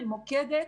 ממוקדת,